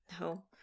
No